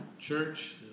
church